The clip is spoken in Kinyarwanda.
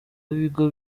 b’ibigo